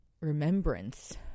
remembrance